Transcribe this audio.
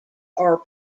are